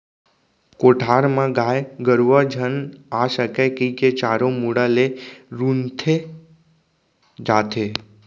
कोठार म गाय गरूवा झन आ सकय कइके चारों मुड़ा ले रूंथे जाथे